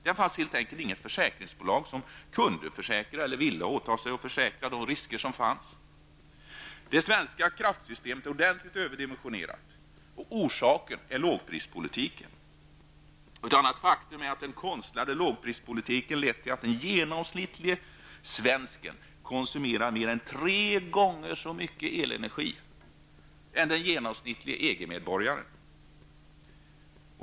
Det fanns helt enkelt inget försäkringsbolag som kunde försäkra eller ville åta sig att försäkra för de risker som fanns. Det svenska kraftsystemet är ordentligt överdimensionerat. Orsaken är lågprispolitiken. Ett annat faktum är att den konstlade lågprispolitiken har lett till att den genomsnittlige svensken konsumerar mer än tre gånger så mycket elenergi som den genomsnittlige EG-medborgaren.